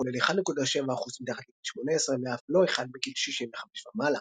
כולל 1.7% מתחת לגיל 18 ואף לא אחד בגיל 65 ומעלה.